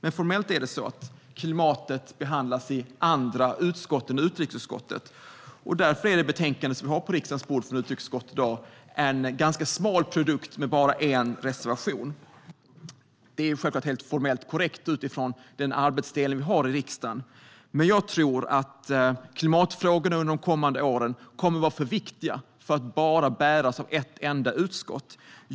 Men formellt är det så att klimatet behandlas i andra utskott än utrikesutskottet, och därför är betänkandet från utrikesutskottet som ligger på riksdagens bord i dag en ganska smal produkt med bara en reservation. Det är helt formellt korrekt utifrån den arbetsfördelning vi har i riksdagen. Men jag tror att klimatfrågorna under de kommande åren kommer att vara för viktiga för att bäras av ett enda utskott.